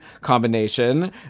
combination